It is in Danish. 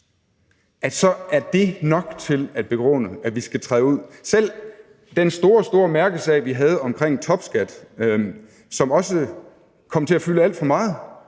i, så er det nok til at begrunde, at vi skal træde ud. Selv den store, store mærkesag, vi havde omkring topskat, som også kom til at fylde alt for meget,